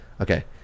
Okay